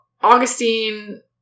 Augustine